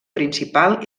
principal